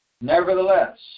Nevertheless